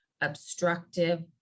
obstructive